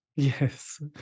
yes